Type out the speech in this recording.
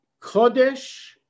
kodesh